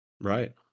Right